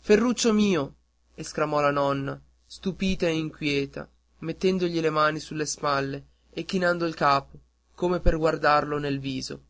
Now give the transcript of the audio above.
ferruccio mio esclamò la nonna stupita e inquieta mettendogli le mani sulle spalle e chinando il capo come per guardarlo nel viso